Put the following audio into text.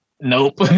Nope